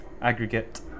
aggregate